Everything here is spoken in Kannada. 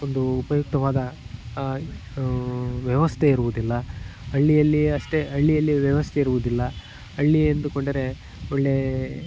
ಒಂದು ಉಪಯುಕ್ತವಾದ ವ್ಯವಸ್ಥೆ ಇರುವುದಿಲ್ಲ ಹಳ್ಳಿಯಲ್ಲಿ ಅಷ್ಟೆ ಹಳ್ಳಿಯಲ್ಲಿ ವ್ಯವಸ್ಥೆ ಇರುವುದಿಲ್ಲ ಹಳ್ಳಿ ಎಂದುಕೊಂಡರೆ ಒಳ್ಳೆಯ